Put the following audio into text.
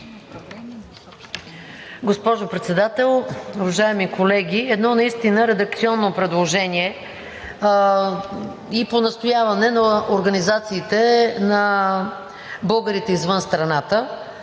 Госпожо Председател, уважаеми колеги! Наистина едно редакционно предложение и по настояване на организациите на българите извън страната.